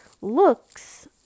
looks